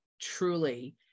truly